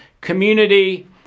community